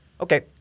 Okay